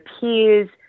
peers